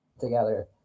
together